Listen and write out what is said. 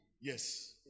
Yes